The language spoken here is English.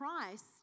Christ